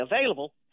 available